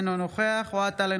אינו נוכח אוהד טל,